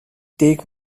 take